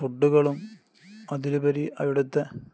ഫുഡുകളും അതിലുപരി അവിടുത്തെ